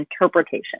interpretation